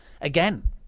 again